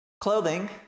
Clothing